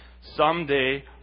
someday